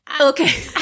Okay